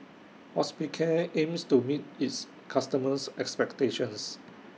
Hospicare aims to meet its customers' expectations